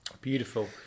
Beautiful